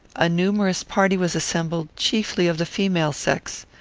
a numerous party was assembled, chiefly of the female sex.